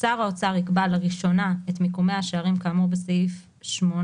(1)שר האוצר יקבע לראשונה את מיקומי השערים כאמור בסעיף 8,